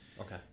okay